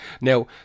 now